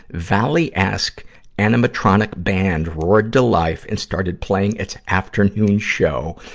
valley-esque animatronic band roared to life and started playing its afternoon show,